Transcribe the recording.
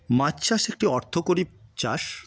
মাছ চাষ একটি অর্থকারী চাষ